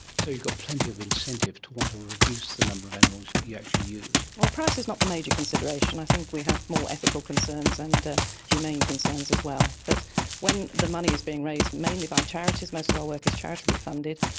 so you've got plenty of incentive to want to reduce the number of animals you actually use. well, price is not the major consideration. i think we have more ethical concerns and ah humane concerns as well. but when the money is being raised mainly by charities, most of our work is charitably funded,